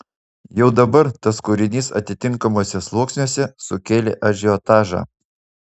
jau dabar tas kūrinys atitinkamuose sluoksniuose sukėlė ažiotažą